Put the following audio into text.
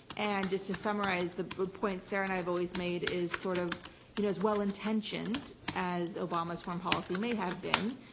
and just to summarize, the point sarah and i have always made is, sort of you know as well intentioned as obama's foreign policy may have been,